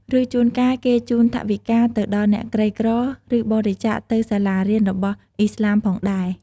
ឬ ជួនកាល គេជូនថវិកាទៅដល់អ្នកក្រីក្រ ឬ បរិច្ចាកទៅសាលារៀនរបស់ឥស្លាមផងដែរ។